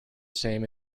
same